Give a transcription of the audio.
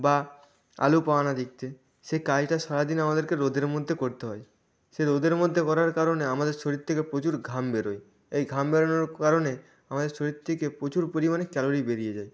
বা আলু পাওয়ানো দিকথেকে সেই কাজটা সারা দিনে আমাদেরকে রোদের মধ্যে করতে হয় সে রোদের মধ্যে করার কারণে আমাদের শরীর থেকে প্রচুর ঘাম বেরোয় এই ঘাম বেরনোর কারণে আমাদের শরীর থেকে প্রচুর পরিমাণে ক্যালোরি বেড়িয়ে যায়